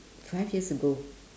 five years ago